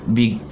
big